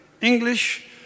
English